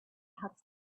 have